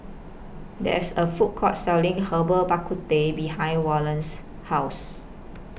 There IS A Food Court Selling Herbal Bak Ku Teh behind Wallace's House